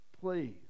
please